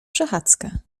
przechadzkę